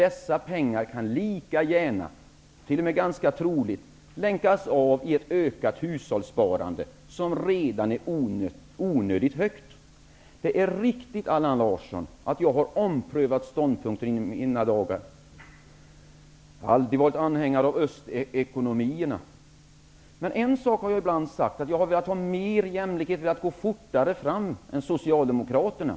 Dessa pengar kan lika gärna, t.ex. ganska troligt, länkas av i ett ökat hushållssparande, som redan är onödigt stort. Det är riktigt, Allan Larsson, att jag har omprövat ståndpunkter i mina dagar. Jag har aldrig varit anhängare av östekonomierna. En sak har jag ibland sagt, nämligen att jag velat ha mer jämlikhet och velat gå fortare fram än Socialdemokraterna.